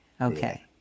Okay